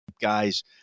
guys